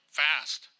fast